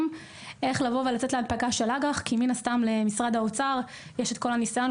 איך לצאת להנפקה של אג"ח כי מן הסתם למשרד האוצר יש את כל הניסיון,